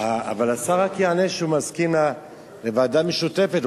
אבל השר רק יענה שהוא מסכים לוועדה משותפת,